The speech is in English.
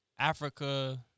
Africa